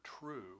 true